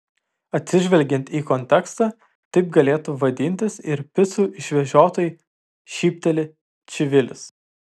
atsižvelgiant į kontekstą taip galėtų vadintis ir picų išvežiotojai šypteli čivilis